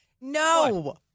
No